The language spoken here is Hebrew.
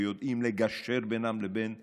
שיודעים לגשר בינם לבין מפעלים,